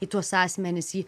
į tuos asmenis į